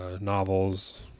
novels